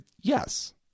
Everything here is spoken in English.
yes